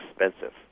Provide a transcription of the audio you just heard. expensive